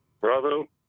bravo